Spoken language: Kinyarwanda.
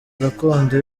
gakondo